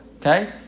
okay